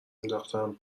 انداختم